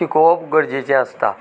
शिकोवप गरजेचें आसता